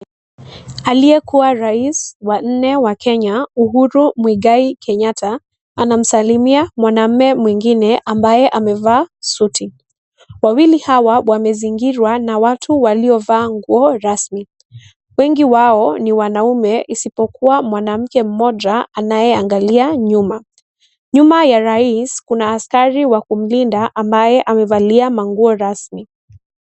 Aliyekuwa rais wa nne wa Kenya, Uhuru Mwigai Kenyatta anamsalimia mwanamume mwingine ambaye amevaa suti. Wawili hawa wamezingirwa na watu waliovaa nguo rasmi. Wengi wao ni wanaume isipokuwa mwanamke mmoja anayeangalia nyuma. Nyuma ya rais kuna askari wa kumlinda ambaye amevalia manguo rasmi.